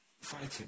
fighting